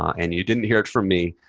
and you didn't hear it from me,